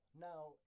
now